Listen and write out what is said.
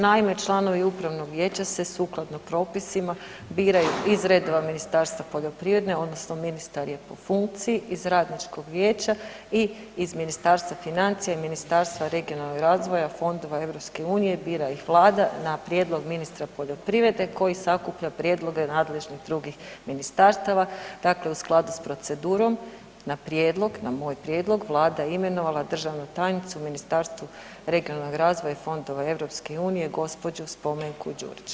Naime, članovi upravnog vijeća se sukladno propisima biraju iz redova Ministarstva poljoprivrede odnosno ministar je po funkciji iz radničkog vijeća i iz Ministarstva financija i Ministarstva regionalnog razvoja i fondova EU i bira ih vlada na prijedlog ministra poljoprivrede koji sakuplja prijedloge nadležnih drugih ministarstava, dakle u skladu s procedurom, na prijedlog, na moj prijedlog vlada je imenovala državnu tajnicu u Ministarstvu regionalnog razvoja i fondova EU gđu. Spomenku Đurić.